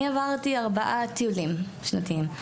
אני עברתי ארבעה טיולים שנתיים,